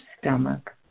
stomach